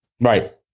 Right